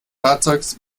fahrzeugs